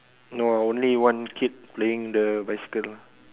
no only one kid playing the bicycle lah